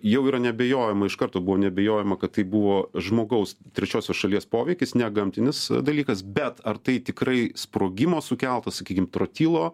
jau yra neabejojama iš karto buvo neabejojama kad tai buvo žmogaus trečiosios šalies poveikis ne gamtinis dalykas bet ar tai tikrai sprogimo sukeltas sakykim trotilo